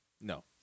No